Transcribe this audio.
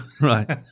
Right